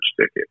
ticket